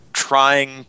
trying